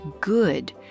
good